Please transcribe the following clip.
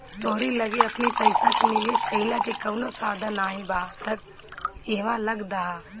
तोहरी लगे अपनी पईसा के निवेश कईला के कवनो साधन नाइ बा तअ इहवा लगा दअ